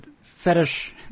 fetish